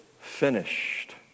finished